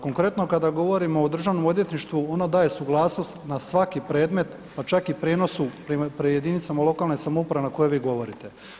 Konkretno, kada govorimo o državnom odvjetništvu ono daje suglasnost na svaki predmet, pa čak i prijenosu prema jedinicama lokalne samouprave na koje vi govorite.